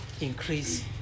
increase